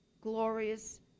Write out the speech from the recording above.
glorious